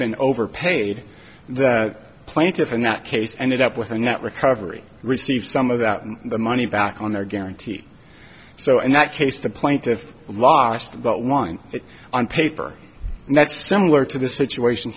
been overpaid that plaintiffs in that case ended up with a net recovery receive some of that and the money back on their guarantee so in that case the plaintiff lost about one it on paper and that's similar to the situation